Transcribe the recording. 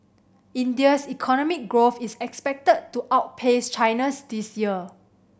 India's economic growth is expected to outpace China's this year